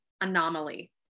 anomaly